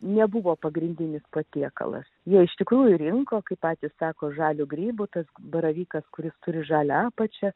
nebuvo pagrindinis patiekalas jie iš tikrųjų rinko kaip patys sako žalių grybų tas baravykas kuris turi žalia apačia